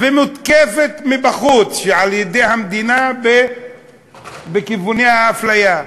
ומותקפת מבחוץ, על-ידי המדינה, בכיווני האפליה.